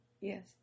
Yes